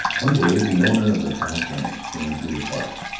one day the owner of the palette ranch came through the park.